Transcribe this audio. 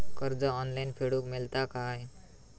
कर्ज ऑनलाइन फेडूक मेलता काय?